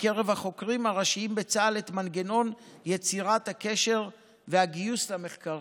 בקרב החוקרים הראשיים בצה"ל את מנגנון יצירת הקשר והגיוס למחקרים,